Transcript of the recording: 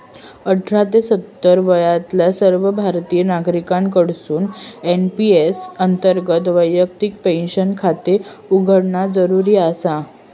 अठरा ते सत्तर वयातल्या सर्व भारतीय नागरिकांकडसून एन.पी.एस अंतर्गत वैयक्तिक पेन्शन खाते उघडणा जरुरी आसा